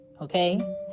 okay